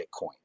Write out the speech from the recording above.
Bitcoin